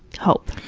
hope.